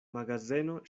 magazeno